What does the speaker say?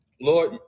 Lord